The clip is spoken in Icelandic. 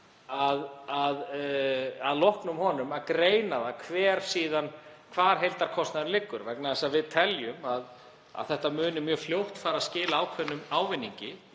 að loknum innleiðingartímanum að greina hvar heildarkostnaðurinn liggur, vegna þess að við teljum að þetta muni mjög fljótt fara að skila ákveðnum ávinningi,